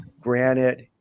granite